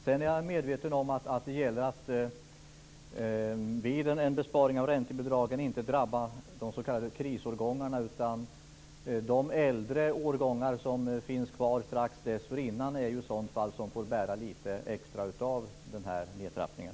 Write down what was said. Sedan är jag medveten om att det gäller vid en besparing av räntebidragen att det inte drabbar de s.k. krisårgångarna. De äldre årgångarna som finns kvar strax dessförinnan får i sådana fall bära lite extra av nedtrappningen.